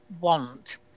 want